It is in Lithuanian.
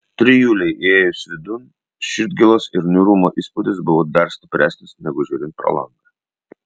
trijulei įėjus vidun širdgėlos ir niūrumo įspūdis buvo dar stipresnis negu žiūrint pro langą